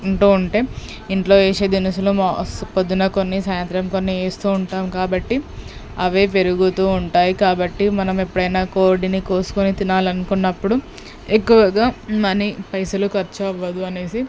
ఉంటూ ఉంటే ఇంట్లో వేసే దినుసులు మా అస్ పొద్దున కొన్ని సాయంత్రం కొన్ని వేస్తూ ఉంటాం కాబట్టి అవే పెరుగుతూ ఉంటాయి కాబట్టి మనం ఎప్పుడైనా కోడిని కోసుకుని తినాలనుకున్నప్పుడు ఎక్కువగా మని పైసలు ఖర్చు అవ్వదు అనేసి